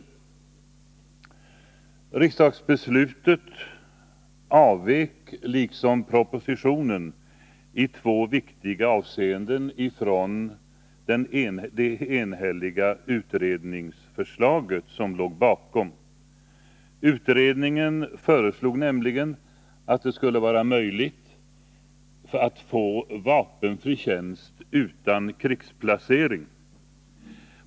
Riksdagsbeslutet avvek liksom propositionen i två viktiga avseenden från det enhälliga utredningsförslag som hade lagts fram. Utredningen föreslog nämligen att det skulle vara möjligt att få vapenfri tjänst utan krigsplacering.